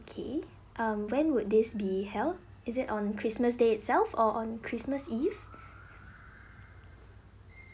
okay um when would this be held is it on christmas day itself or on christmas eve